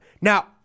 Now